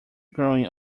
growing